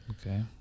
Okay